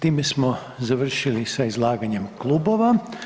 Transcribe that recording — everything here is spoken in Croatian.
Time smo završili sa izlaganjem klubova.